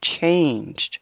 changed